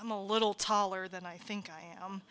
i'm a little taller than i think i